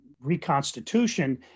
reconstitution